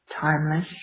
Timeless